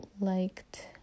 liked